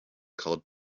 called